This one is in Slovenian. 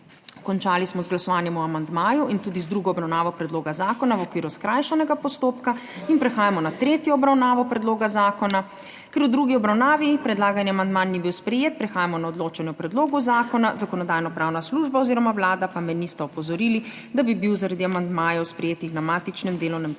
Končali smo z glasovanjem o amandmaju in tudi z drugo obravnavo predloga zakona v okviru skrajšanega postopka. Prehajamo na tretjo obravnavo predloga zakona. Ker v drugi obravnavi predlagani amandma ni bil sprejet, prehajamo na odločanje o predlogu zakona. Zakonodajno-pravna služba oziroma Vlada pa me nista opozorili, da bi bil zaradi amandmajev, sprejetih na matičnem delovnem telesu,